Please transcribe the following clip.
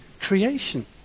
creation